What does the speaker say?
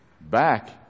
Back